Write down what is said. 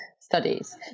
studies